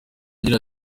agira